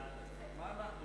חוק הסדרים במשק